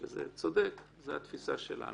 זה צודק וזאת התפיסה שלנו.